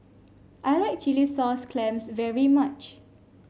I like Chilli Sauce Clams very much